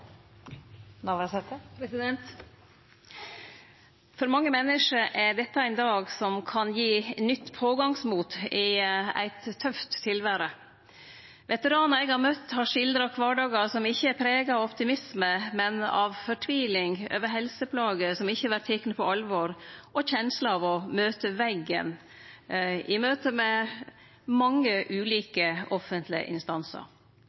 dette ein dag som kan gi nytt pågangsmot i eit tøft tilvære. Veteranar eg har møtt, har skildra kvardagar som ikkje er prega av optimisme, men av fortviling over helseplager som ikkje vert tekne på alvor, og kjensla av å møte veggen i møte med mange ulike offentlege instansar.